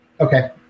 Okay